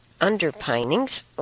underpinnings